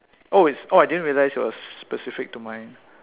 oh is orh I didn't realize it was specific to mine